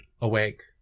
awake